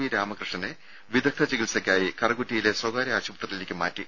V രാമകൃഷ്ണനെ വിദഗ്ദ്ധ ചികിത്സയ്ക്കായി കറുകുറ്റിയിലെ സ്വകാര്യ ആശുപത്രിയിലേക്ക് മാറ്റി